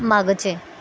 मागचे